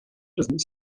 doesn’t